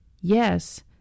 Yes